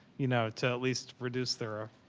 you know, to at least reduce their,